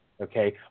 okay